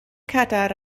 cadair